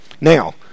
Now